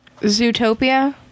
Zootopia